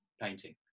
painting